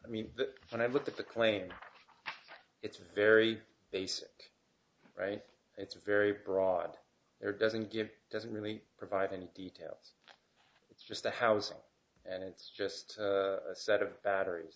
i mean that and i looked at the claim it's a very basic right it's a very broad there doesn't get doesn't really provide any details it's just the housing and it's just a set of batteries